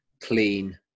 Clean